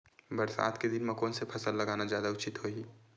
बरसात के दिन म कोन से फसल लगाना जादा उचित होही?